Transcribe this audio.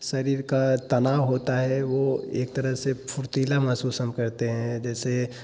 शरीर का तनाव होता है वो एक तरह से फुर्तीला महसूस हम करते हैं जैसे